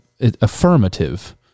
Affirmative